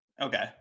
Okay